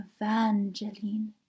Evangeline